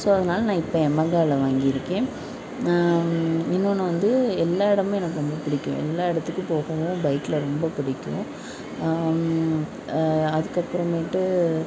so அதனால் நான் இப்போ எமகாவில வாங்கியிருக்கேன் இன்னோன்னு வந்து எல்லா இடமே ரொம்ப பிடிக்கும் எல்லா இடத்துக்கும் போகவும் பைக்ல ரொம்ப பிடிக்கும் அதுக்கப்புறமேட்டு